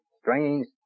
strange